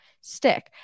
stick